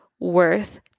worth